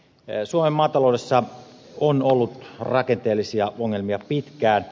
suomen maataloudessa on ollut rakenteellisia ongelmia pitkään